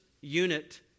unit